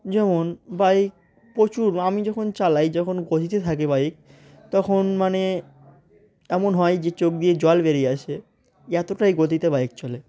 যেমন বাইক প্রচুর আমি যখন চালাই যখন গতিতে থাকে বাইক তখন মানে এমন হয় যে চোখ দিয়ে জল বেরিয়ে আসে এতটাই গতিতে বাইক চলে